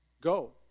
Go